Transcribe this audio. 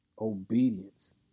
obedience